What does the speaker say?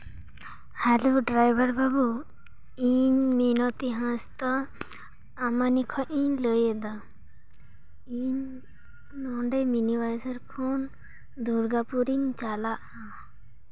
hello driver ᱵᱟᱹᱵᱩ ᱤᱧ ᱢᱤᱱᱚᱛᱤ ᱦᱟᱸᱥᱫᱟ ᱟᱢᱟᱱᱤ ᱠᱷᱚᱱᱤᱧ ᱞᱟᱹᱭᱮᱫᱟ ᱤᱧ ᱱᱚᱸᱰᱮ ᱢᱤᱱᱤ ᱵᱟᱡᱟᱨ ᱠᱷᱚᱱ ᱫᱩᱨᱜᱟᱯᱩᱨ ᱤᱧ ᱪᱟᱞᱟᱜᱼᱟ